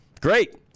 great